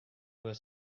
were